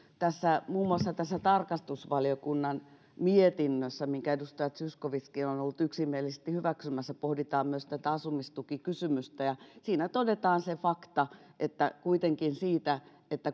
muun muassa tarkastusvaliokunnan mietinnössä minkä edustaja zyskowiczkin on on ollut yksimielisesti hyväksymässä pohditaan myös tätä asumistukikysymystä ja siinä todetaan se fakta että kuitenkin siitä